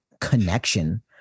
connection